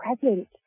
present